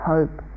hope